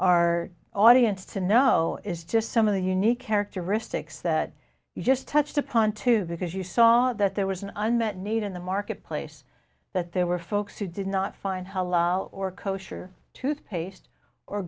our audience to know is just some of the unique characteristics that you just touched upon too because you saw that there was an unmet need in the marketplace that there were folks who did not find how loud or kosher toothpaste or